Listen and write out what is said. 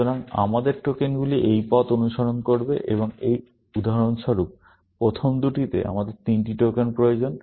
সুতরাং আমাদের টোকেনগুলি এই পথ অনুসরণ করবে এবং উদাহরণস্বরূপ প্রথম দুটিতে আমাদের তিনটি টোকেন প্রয়োজন